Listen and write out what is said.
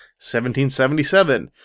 1777